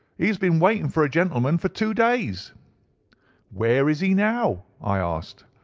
he has been waiting for a gentleman for two days where is he now i asked.